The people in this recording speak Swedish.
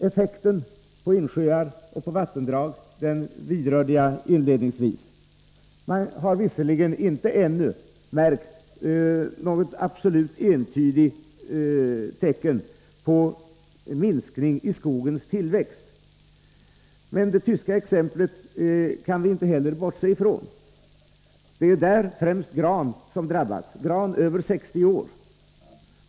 Effekten på insjöar och vattendrag berörde jag inledningsvis. Man har visserligen ännu inte märkt något absolut entydigt tecken på minskning i skogens tillväxt, men vi kan ändå inte bortse från det tyska exemplet. I Tyskland är det främst gran över 60 år som drabbas.